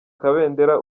kabendera